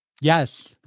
Yes